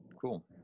cool